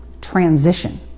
Transition